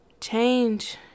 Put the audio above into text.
change